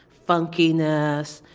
funkiness,